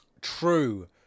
True